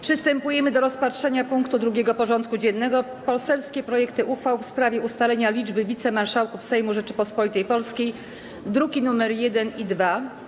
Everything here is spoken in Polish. Przystępujemy do rozpatrzenia punktu 2. porządku dziennego: Poselskie projekty uchwał w sprawie ustalenia liczby wicemarszałków Sejmu Rzeczypospolitej Polskiej (druki nr 1 i 2)